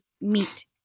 meet